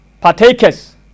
partakers